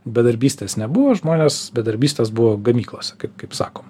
bedarbystės nebuvo žmonės bedarbystės buvo gamyklose kaip sako